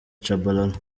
tchabalala